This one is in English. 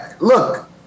look